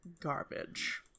garbage